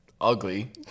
ugly